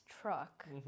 truck